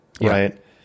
right